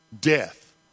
Death